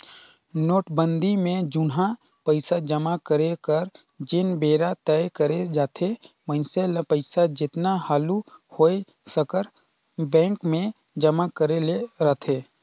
नोटबंदी में जुनहा पइसा जमा करे कर जेन बेरा तय करे जाथे मइनसे ल पइसा जेतना हालु होए सकर बेंक में जमा करे ले रहथे